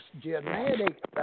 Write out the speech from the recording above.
genetic